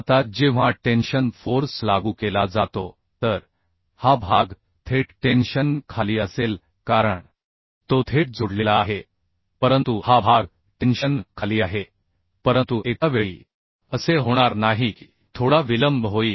आता जेव्हा tension force लागू केला जातो तर हा भाग थेट टेन्शन खाली असेल कारण तो थेट जोडलेला आहे परंतु हा भाग टेन्शन खाली आहे परंतु एका वेळी असे होणार नाही की थोडा विलंब होईल